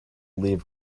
leave